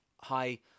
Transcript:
high